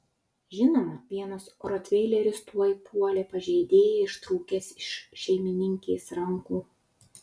žinoma vienas rotveileris tuoj puolė pažeidėją ištrūkęs iš šeimininkės rankų